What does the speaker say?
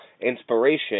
inspiration